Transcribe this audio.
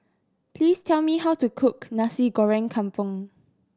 please tell me how to cook Nasi Goreng Kampung